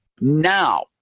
now